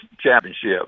championship